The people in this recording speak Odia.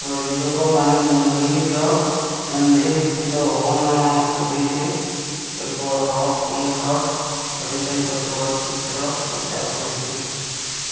ପ୍ରଯୋଜକମାନେ ମୁମ୍ବାଇର ଅନ୍ଧେରୀ ସ୍ଥିତ ଭବନ କଲେଜ୍ରେ ଏକ ରକ୍ କନ୍ସର୍ଟ ସହିତ ଏହି ଚଳଚ୍ଚିତ୍ର ପ୍ରଚାର କରିଥିଲେ